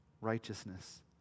righteousness